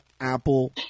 Apple